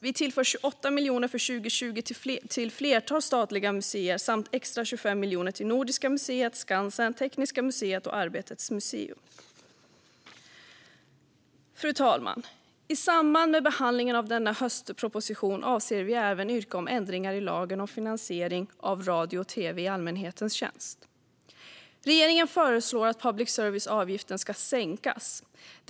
Vi tillför 28 miljoner för 2020 till ett flertal statliga museer samt extra 25 miljoner till Nordiska museet, Skansen, Tekniska museet och Arbetets museum. Fru talman! I samband med behandlingen av denna höstproposition avser vi även att yrka på ändringar i lagen om finansiering av radio och tv i allmänhetens tjänst. Regeringen föreslår att public service-avgiften ska sänkas.